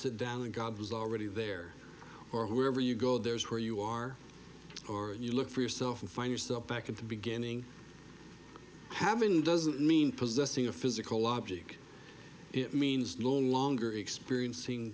sit down and god was already there or wherever you go there's where you are or you look for yourself and find yourself back in the beginning having doesn't mean possessing a physical object it means no longer experiencing